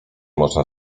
można